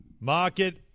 Market